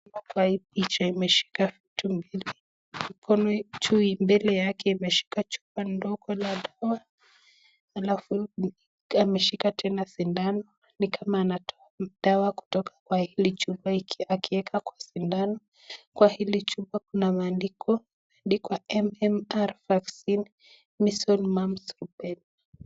Hapo kwa hii picha ameshika vitu mbili. Mkono juu mbele yake ameshika chupa ndogo la dawa, alafu ameshika tena sindano. Ni kama anatoa dawa kutoka kwa hili chupa hili akiweka kwa sindano. Kwa hili chupa kuna maandiko, imeandikwa MMR vaccine, measles, mumps, rubella.